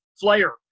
Flair